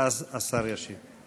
ואז השר ישיב.